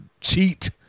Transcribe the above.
cheat